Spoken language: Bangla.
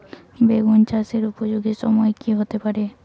বেগুন চাষের উপযোগী সময় কি হতে পারে?